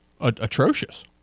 atrocious